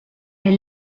est